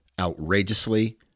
outrageously